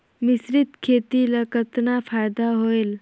मिश्रीत खेती ल कतना फायदा होयल?